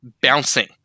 bouncing